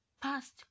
Past